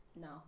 no